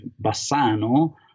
Bassano